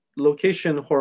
Location